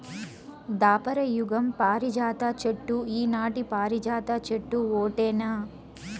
దాపర యుగం పారిజాత చెట్టు ఈనాటి పారిజాత చెట్టు ఓటేనా